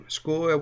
school